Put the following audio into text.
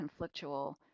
conflictual